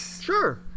sure